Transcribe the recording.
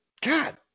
God